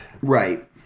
right